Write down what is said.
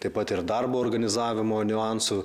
taip pat ir darbo organizavimo niuansų